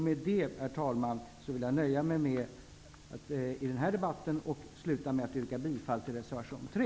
Med detta, herr talman, yrkar jag bifall till reservation 3.